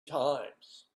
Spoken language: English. times